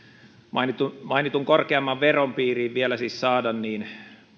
mainitun mainitun korkeamman veron piiriin vielä siis saada niin